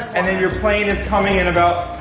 and then your plane is coming in about